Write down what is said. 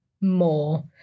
more